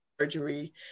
surgery